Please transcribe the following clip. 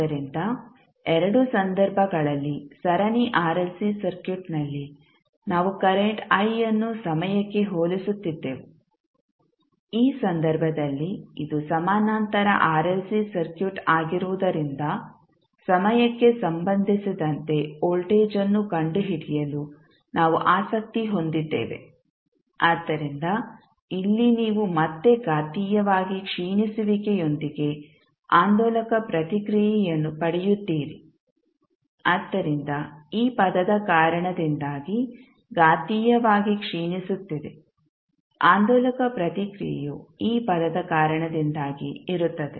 ಆದ್ದರಿಂದ ಎರಡೂ ಸಂದರ್ಭಗಳಲ್ಲಿ ಸರಣಿ ಆರ್ಎಲ್ಸಿ ಸರ್ಕ್ಯೂಟ್ನಲ್ಲಿ ನಾವು ಕರೆಂಟ್ i ಅನ್ನು ಸಮಯಕ್ಕೆ ಹೋಲಿಸುತ್ತಿದ್ದೆವು ಈ ಸಂದರ್ಭದಲ್ಲಿ ಇದು ಸಮಾನಾಂತರ ಆರ್ಎಲ್ಸಿ ಸರ್ಕ್ಯೂಟ್ ಆಗಿರುವುದರಿಂದ ಸಮಯಕ್ಕೆ ಸಂಬಂಧಿಸಿದಂತೆ ವೋಲ್ಟೇಜ್ ಅನ್ನು ಕಂಡುಹಿಡಿಯಲು ನಾವು ಆಸಕ್ತಿ ಹೊಂದಿದ್ದೇವೆ ಆದ್ದರಿಂದ ಇಲ್ಲಿ ನೀವು ಮತ್ತೆ ಘಾತೀಯವಾಗಿ ಕ್ಷೀಣಿಸುವಿಕೆಯೊಂದಿಗೆ ಆಂದೋಲಕ ಪ್ರತಿಕ್ರಿಯೆಯನ್ನು ಪಡೆಯುತ್ತೀರಿ ಆದ್ದರಿಂದ ಈ ಪದದ ಕಾರಣದಿಂದಾಗಿ ಘಾತೀಯವಾಗಿ ಕ್ಷೀಣಿಸುತ್ತಿದೆ ಆಂದೋಲಕ ಪ್ರತಿಕ್ರಿಯೆಯು ಈ ಪದದ ಕಾರಣದಿಂದಾಗಿ ಇರುತ್ತದೆ